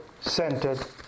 centered